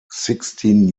sixteen